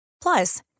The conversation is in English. Plus